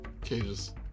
cages